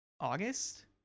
august